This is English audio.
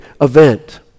event